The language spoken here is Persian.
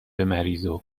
مریضو